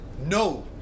no